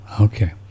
Okay